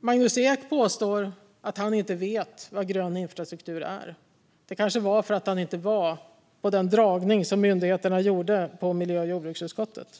Magnus Ek påstår att han inte vet vad grön infrastruktur är. Det kanske beror på att han inte deltog på den dragning som myndigheterna gjorde på miljö och jordbruksutskottets möte.